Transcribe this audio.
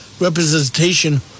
representation